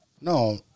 no